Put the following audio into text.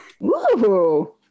woo